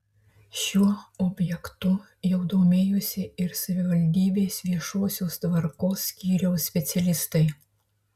šiuo objektu jau domėjosi ir savivaldybės viešosios tvarkos skyriaus specialistai